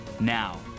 Now